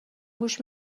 گوش